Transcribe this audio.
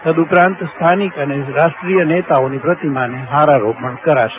તદુપરાંત સ્થાનિક અને રાષ્ટ્રીય નેતાઓની પ્રતિમાને હારારોપણ કરાશે